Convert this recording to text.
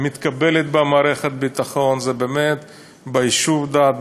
שמתקבלת במערכת הביטחון זה באמת ביישוב דעת,